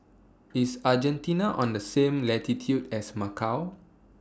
IS Argentina on The same latitude as Macau